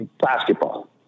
Basketball